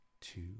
two